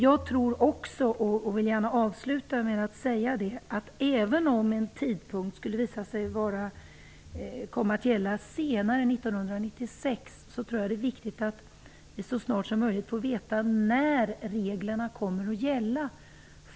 Även om det skulle visa sig att reglerna skulle komma att gälla från en tidpunkt senare än år 1996 tror jag det är viktigt att vi så snart som möjligt får veta från när reglerna kommer att gälla.